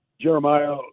Jeremiah